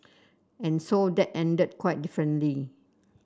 and so that ended quite differently